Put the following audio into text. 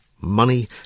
money